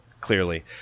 clearly